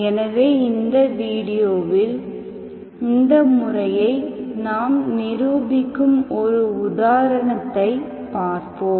எனவே இந்த வீடியோவில் இந்த முறையை நாம் நிரூபிக்கும் ஒரு உதாரணத்தை பார்ப்போம்